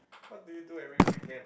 what do you do every weekend